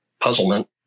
puzzlement